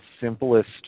simplest